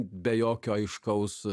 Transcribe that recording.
be jokio aiškaus